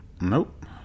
Nope